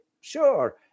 sure